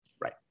Right